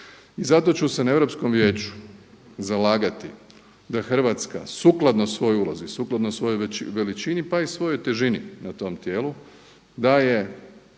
I zato ću se na Europskom vijeću zalagati da Hrvatska sukladno svojoj ulozi, sukladno svojoj veličini pa i svojoj težini na tom tijelu daje